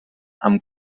amb